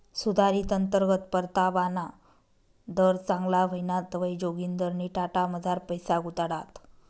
सुधारित अंतर्गत परतावाना दर चांगला व्हयना तवंय जोगिंदरनी टाटामझार पैसा गुताडात